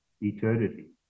eternity